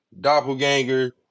doppelganger